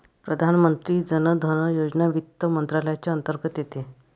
प्रधानमंत्री जन धन योजना वित्त मंत्रालयाच्या अंतर्गत येते